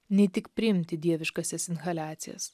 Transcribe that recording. ne tik priimti dieviškasis inhaliacijas